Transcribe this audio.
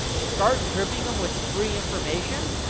start dripping them with free information,